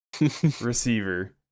receiver